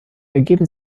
ergeben